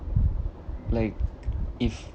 like if